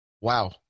Wow